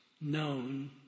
known